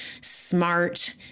smart